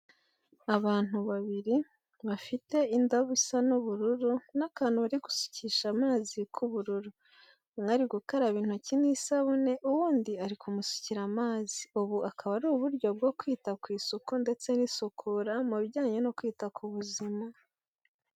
Abantu babiri bafite indobo isa n'uburu n'akantu bari gusukisha amazi k'ubururu. Umwe ari gukaraba intoki n'isabune uwundi ari kumusukira amazi, ubu akaba ari uburyo bwo kwita ku isuko ndetse n'isukura mu bijyanye no kwita k'ubuzima.